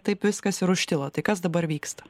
taip viskas ir užtilo tai kas dabar vyksta